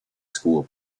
school